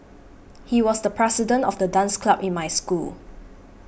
he was the president of the dance club in my school